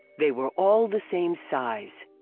they were all the same size!